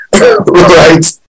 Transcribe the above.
right